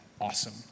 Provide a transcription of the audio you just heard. Awesome